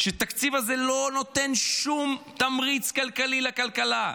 התקציב הזה לא נותן שום תמריץ כלכלי לכלכלה,